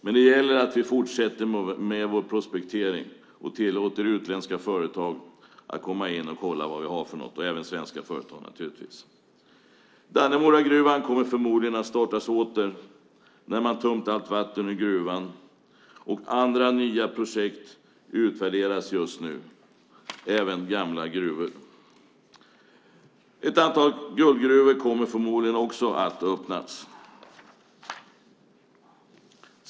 Men det gäller att vi fortsätter med vår prospektering och tillåter utländska och även svenska företag att komma in och kolla vad vi har. Dannemoragruvan kommer förmodligen att startas åter när man har tömt allt vatten ur gruvan. Andra nya projekt utvärderas just nu och även gamla gruvor. Ett antal guldgruvor kommer förmodligen också att öppnas.